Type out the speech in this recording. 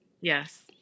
Yes